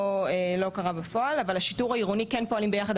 קרה בפועל אבל השיטור העירוני כן פועלים ביחד,